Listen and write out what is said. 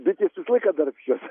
bitės visą laiką darbščios